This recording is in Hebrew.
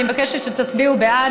אני מבקשת שתצביעו בעד,